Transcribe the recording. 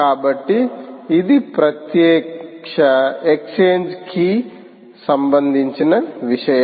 కాబట్టి ఇది ప్రత్యక్ష ఎక్స్ఛేంజ్ కి సంబంధించిన విషయం